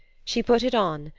she put it on,